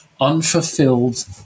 unfulfilled